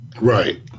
Right